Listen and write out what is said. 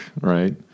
right